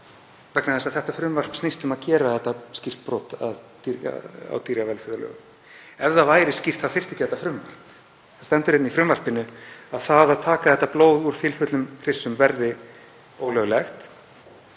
vegna þess að þetta frumvarp snýst um að gera þetta skýrt brot á dýravelferðarlögum. Ef það væri skýrt þá þyrfti ekki þetta frumvarp. Það stendur í frumvarpinu að það að taka blóð úr fylfullum hryssum verði ólöglegt.